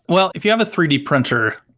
well, if you have a three d printer,